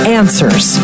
answers